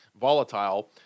volatile